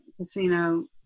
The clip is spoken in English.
casino